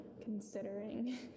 considering